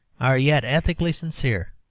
are yet ethically sincere,